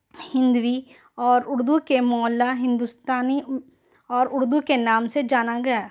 ہندی اور اُردو کے معلیٰ ہندوستانی اور اُردو کے نام سے جانا گیا